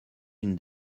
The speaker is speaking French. une